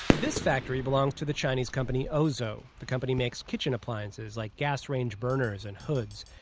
this factory belongs to the chinese company ozou. the company makes kitchen appliances like gas range burners and hoods.